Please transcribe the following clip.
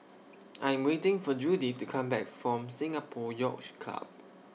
I'm waiting For Judyth to Come Back from Singapore Yacht Club